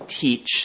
teach